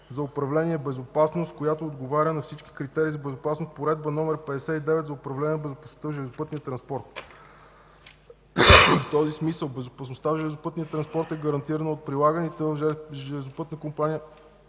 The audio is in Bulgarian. за управление и безопасността, която отговаря на всички критерии за безопасност по Наредба № 59 за управление на безопасността в железопътния транспорт. В този смисъл безопасността на железопътния транспорт е гарантирана от прилаганите в Национална компания